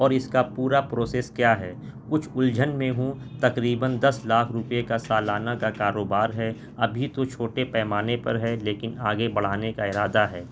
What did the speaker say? اور اس کا پورا پروسیس کیا ہے کچھ الجھن میں ہوں تقریباً دس لاکھ روپے کا سالانہ کا کاروبار ہے ابھی تو چھوٹے پیمانے پر ہے لیکن آگے بڑھانے کا ارادہ ہے